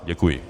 Děkuji.